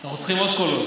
אנחנו צריכים עוד קולות.